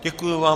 Děkuji vám.